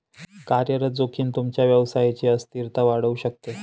कार्यरत जोखीम तुमच्या व्यवसायची अस्थिरता वाढवू शकते